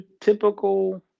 typical